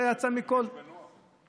זה יצא מכל, הוא הרגיש בנוח.